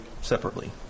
separately